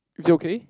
is it okay